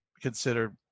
consider